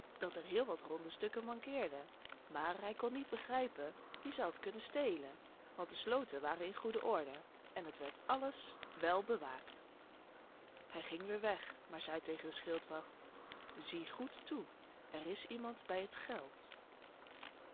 dat er heel wat ronde stukken mankeerden maar hij kon niet begrijpen wie ze had kunnen stelen want de sloten waren in goede orde en het werd alles wel bewaakt hij ging weêr weg maar zei tegen de schildwacht zie goed toe er is iemand bij het geld